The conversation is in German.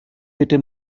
bitte